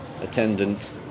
attendant